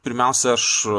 pirmiausia aš